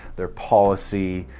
their policy.